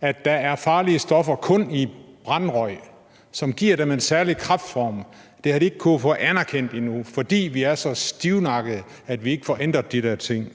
at der er farlige stoffer kun i brandrøg, som giver dem en særlig kræftform, har de ikke kunnet få det anerkendt endnu, fordi vi er så stivnakkede, at vi ikke får ændret de der ting.